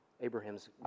Abraham's